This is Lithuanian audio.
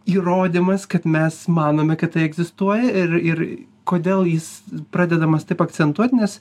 įrodymas kad mes manome kad egzistuoja ir ir kodėl jis pradedamas taip akcentuoti nes